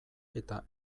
eta